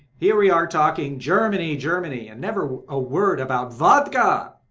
here we are talking germany, germany, and never a word about vodka!